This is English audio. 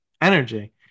energy